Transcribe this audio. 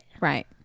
Right